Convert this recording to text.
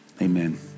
Amen